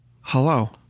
hello